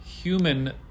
Human